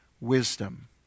wisdom